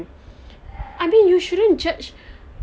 I mean you shouldn't judge